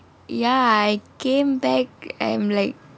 ya I came back I'm like